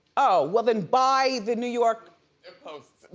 oh, well then buy the new york post,